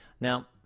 Now